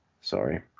Sorry